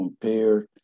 compare